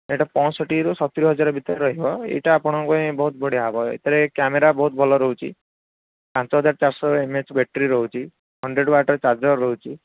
ଏଇଟା ପଞ୍ଚଷଠିରୁ ସତୁରିହଜାର ଭିତରେ ରହିବ ଏଇଟା ଆପଣଙ୍କ ପାଇଁ ବହୁତ ବଢ଼ିଆ ହେବ ଏଥିରେ କ୍ୟାମେରା ବହୁତ ଭଲ ରହଛି ପାଞ୍ଚହଜାର ଚାରିଶହ ଏମ୍ ଏଚ୍ ବ୍ୟାଟେରୀ ରହୁଛି ହଣ୍ଡ୍ରେଡ଼୍ ୱାଟ୍ର ଚାର୍ଜର୍ ରହୁଛି